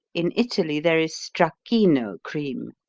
in italy there is stracchino cream,